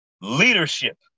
leadership